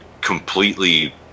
completely